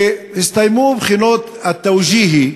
שהסתיימו בחינות ה"תאוג'יה",